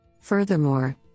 Furthermore